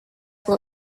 will